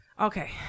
Okay